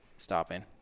stopping